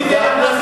מי זה "אנחנו".